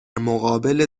مقابل